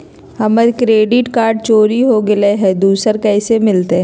हमर credit card चोरी हो गेलय हई, दुसर कैसे मिलतई?